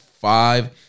five